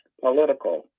political